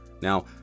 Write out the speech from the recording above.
Now